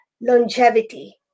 Longevity